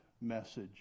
message